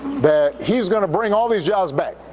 that he's going to bring all these jobs back.